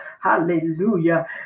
Hallelujah